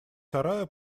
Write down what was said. сарая